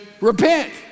repent